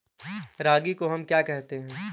रागी को हम क्या कहते हैं?